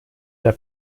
der